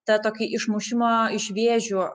tą tokį išmušimą iš vėžių